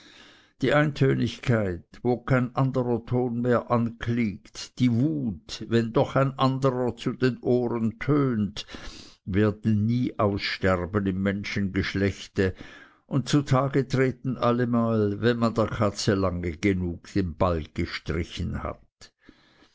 die eintönigkeit wo kein anderer ton mehr anklingt die wut wenn doch ein anderer zu den ohren tönet werden nie aussterben im menschengeschlechte und zutage treten allemal wenn man der katze lange genug den balg gestrichen hat